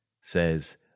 says